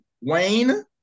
Wayne